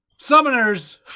Summoners